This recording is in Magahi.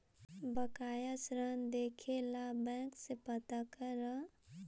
बकाया ऋण देखे ला बैंक से पता करअ